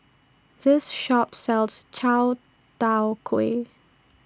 This Shop sells Chai Tow Kway